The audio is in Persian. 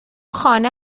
خانه